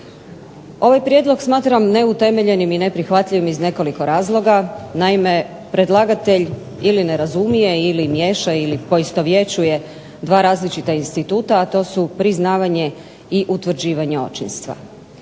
Ovaj prijedlog smatram neutemeljenim i neprihvatljivim iz nekoliko razloga. Naime, predlagatelj ili ne razumije ili miješa ili poistovjećuje dva različita instituta, a to su priznavanje i utvrđivanje očinstva.